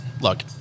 look—